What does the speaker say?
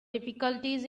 difficulties